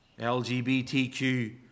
LGBTQ